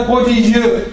prodigieux